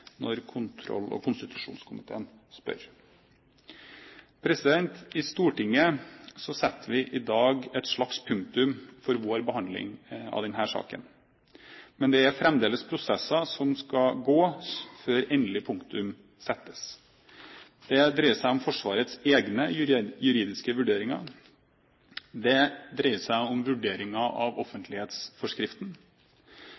når kontroll- og konstitusjonskomiteen spør. I Stortinget setter vi i dag et slags punktum for vår behandling av denne saken. Men det er fremdeles prosesser som skal gjennomgås før endelig punktum settes. Det dreier seg om Forsvarets egne juridiske vurderinger. Det dreier seg om vurderinger av